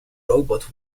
robot